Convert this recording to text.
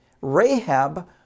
Rahab